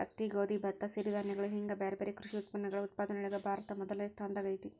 ಹತ್ತಿ, ಗೋಧಿ, ಭತ್ತ, ಸಿರಿಧಾನ್ಯಗಳು ಹಿಂಗ್ ಬ್ಯಾರ್ಬ್ಯಾರೇ ಕೃಷಿ ಉತ್ಪನ್ನಗಳ ಉತ್ಪಾದನೆಯೊಳಗ ಭಾರತ ಮೊದಲ್ನೇ ಸ್ಥಾನದಾಗ ಐತಿ